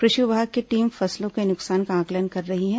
कृषि विभाग की टीम फसलों के नुकसान का आंकलन कर रही है